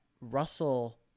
Russell